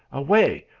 away,